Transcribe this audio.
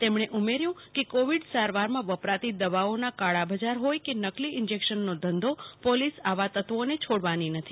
તેમણે ઉમેર્યું કે કોવીડ સારવારમાં વપરાતી દવાઓના કાળા બજાર હોય કે નકલી ઇન્જેક્શનનો ધંધો પોલીસ આવા તત્વો ને છોડવાણી નથી